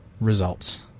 Results